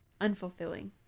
unfulfilling